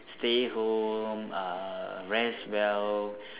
stay home uh rest well